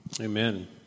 Amen